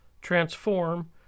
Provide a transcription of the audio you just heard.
transform